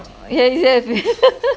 yeah yeah